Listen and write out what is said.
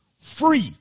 free